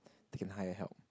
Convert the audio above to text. they can hire help